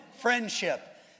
friendship